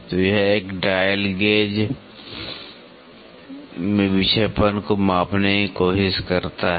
तो यह dial gauge में विक्षेपण को मापने की कोशिश करता है